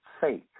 faith